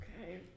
Okay